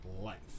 life